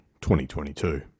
2022